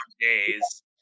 days